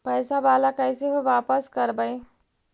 पैसा बाला कैसे बापस करबय?